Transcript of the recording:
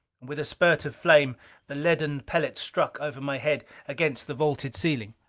with a spurt of flame the leaden pellet struck over my head against the vaulted ceiling.